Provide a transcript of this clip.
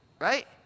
Right